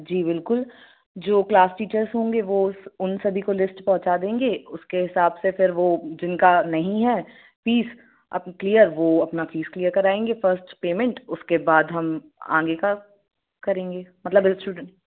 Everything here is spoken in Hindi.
जी बिल्कुल जो क्लास टेचर्स होंगे वो उस उन सभी को लिस्ट पहुंचा देंगे उसके हिसाब से फिर वो जिन का नहीं है फ़ीस अब क्लियर वो अपना फ़ीस क्लियर काराएंगे फर्स्ट पेमेंट उसके बाद हम आगे का करेंगे मतलब स्टूडेंट